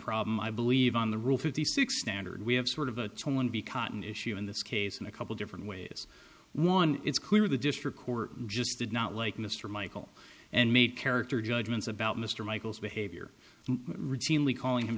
problem i believe on the rule fifty six standard we have sort of a one be cotton issue in this case in a couple different ways one it's clear the district court just did not like mr michael and made character judgments about mr michael's behavior routinely calling him